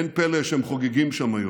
אין פלא שהם חוגגים שם היום.